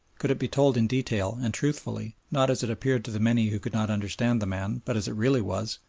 could it be told in detail and truthfully, not as it appeared to the many who could not understand the man, but as it really was,